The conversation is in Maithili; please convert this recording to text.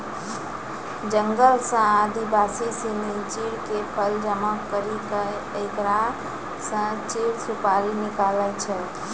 जंगल सॅ आदिवासी सिनि चीड़ के फल जमा करी क एकरा स चीड़ सुपारी निकालै छै